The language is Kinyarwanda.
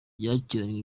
yakiranywe